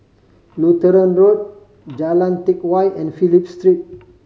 Lutheran Road Jalan Teck Whye and Phillip Street